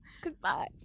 Goodbye